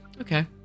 okay